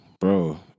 Bro